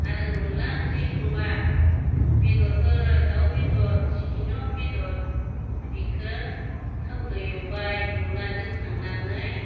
आरो अनला ओंख्रि संबा बेदरफोर दाव बेदर जिखुनु बेदर बिखौ थावदों एवबाय एवना दोनखांनानै